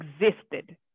existed